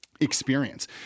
experience